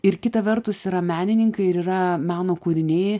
ir kita vertus yra menininkai ir yra meno kūriniai